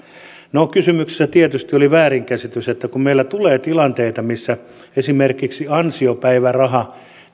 no kyseessä tietysti oli väärinkäsitys kun meillä tulee tilanteita että esimerkiksi ansiopäiväraha